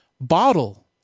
bottle